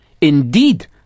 Indeed